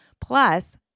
plus